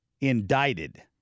indicted